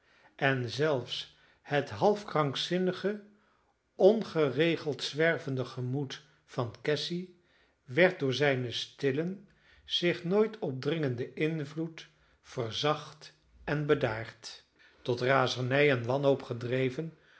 en zelfs het half krankzinnige ongeregeld zwervende gemoed van cassy werd door zijnen stillen zich nooit opdringenden invloed verzacht en bedaard tot razernij en wanhoop gedreven